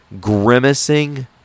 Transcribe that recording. grimacing